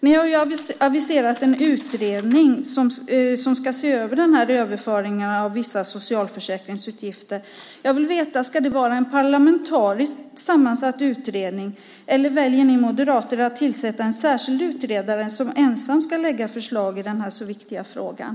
Ni har aviserat en utredning som ska se över överföringarna av vissa socialförsäkringsutgifter. Ska det vara en parlamentariskt sammansatt utredning eller väljer ni moderater att tillsätta en särskild utredare som ensam ska lägga fram förslag i den här så viktiga frågan?